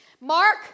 Mark